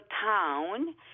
town